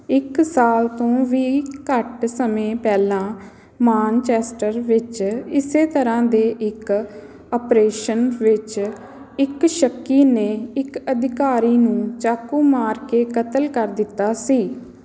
ਇੱਕ ਸਾਲ ਤੋਂ ਵੀ ਘੱਟ ਸਮੇਂ ਪਹਿਲਾਂ ਮਾਨਚੈਸਟਰ ਵਿੱਚ ਇਸੇ ਤਰ੍ਹਾਂ ਦੇ ਇੱਕ ਅਪਰੇਸ਼ਨ ਵਿੱਚ ਇੱਕ ਸ਼ੱਕੀ ਨੇ ਇੱਕ ਅਧਿਕਾਰੀ ਨੂੰ ਚਾਕੂ ਮਾਰ ਕੇ ਕਤਲ ਕਰ ਦਿੱਤਾ ਸੀ